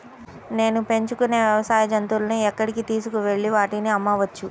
నేను పెంచుకొనే వ్యవసాయ జంతువులను ఎక్కడికి తీసుకొనివెళ్ళి వాటిని అమ్మవచ్చు?